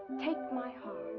take my heart,